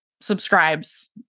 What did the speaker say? subscribes